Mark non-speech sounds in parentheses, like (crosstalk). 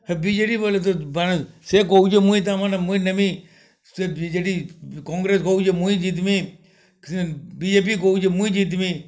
ହେ B J D ବଏଲେ ତ (unintelligible) ସେ କହୁଛେ ମୁଇଁ ତାମାନେ ମୁଇଁ ନେମି ସେ ବି ଜେ ଡ଼ି କଂଗ୍ରେସ୍ କହୁଛେ ମୁଇଁ ଜିତ୍ମି ବି ଜେ ପି କହୁଛେ ମୁଇଁ ଜିତ୍ମି